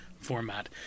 format